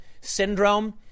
syndrome